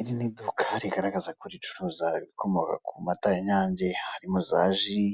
Iri ni duka rigaragaza ko ricuruza ibikomoka ku mata y'Inyange harimo za ji,